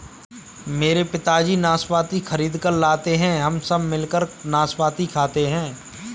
मेरे पिताजी नाशपाती खरीद कर लाते हैं हम सब मिलकर नाशपाती खाते हैं